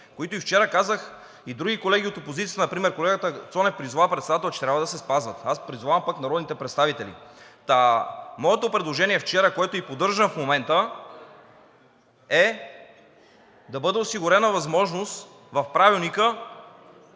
които и вчера казах, и други колеги от опозицията – например колегата Цонев, призова председателя, че трябва да се спазват, аз пък призовавам народните представители. Моето предложение вчера, което поддържам и в момента, е да бъде осигурена възможност в Правилника